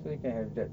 so you can have that